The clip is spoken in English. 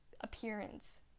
appearance